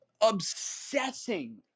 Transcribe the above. obsessing